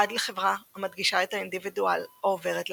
עד לחברה המדגישה את האינדיבידואל, העוברת להפרטה.